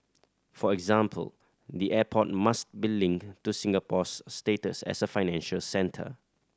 for example the airport must be linked to Singapore's status as a financial centre